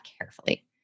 carefully